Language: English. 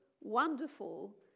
wonderful